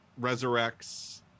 resurrects